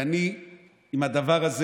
ואני עם הדבר הזה,